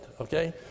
okay